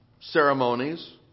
ceremonies